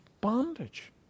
bondage